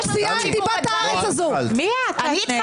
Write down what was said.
מי את?